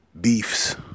beefs